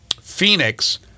Phoenix